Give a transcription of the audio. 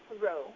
row